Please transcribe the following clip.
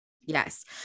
Yes